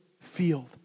field